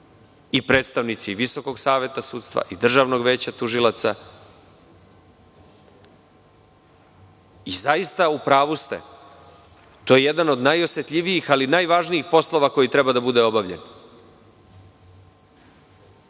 i predstavnici Visokog saveta sudstva i Državnog veća tužilaca. Zaista ste u pravu – to jeste jedan od najosetljivijih ali i najvažnijih poslova koji treba da bude obavljen.